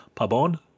Pabon